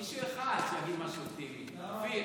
מישהו אחד שיגיד משהו אופטימי, אופיר.